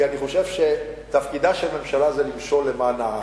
כי אני חושב שתפקידה של ממשלה זה למשול למען העם.